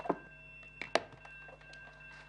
בבקשה.